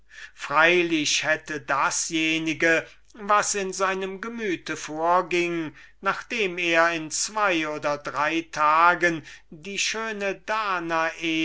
ist wahr dasjenige was in seinem gemüte vorging nachdem er in zween oder drei tagen die schöne danae